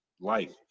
life